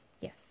Yes